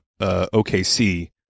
OKC